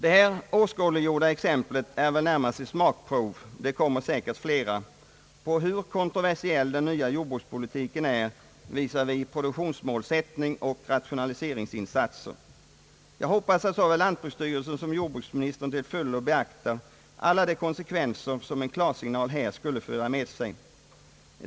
Det här åskådliggjorda exemplet är väl närmast ett smakprov — det kommer säkert flera — på hur kontroversiell den nya jordbrukspolitiken är visavi produktionsmålsättning och rationaliseringsinsatser. Jag hoppas att såväl lantbruksstyrelsen som jordbruksministern till fullo beaktar alla de konsekvenser som en klarsignal här skulle föra med sig.